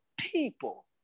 People